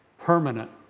Permanent